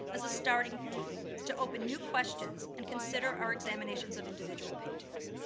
as a starting point to open new questions, and consider our examinations of individual paintings.